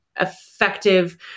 effective